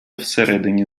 всередині